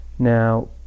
Now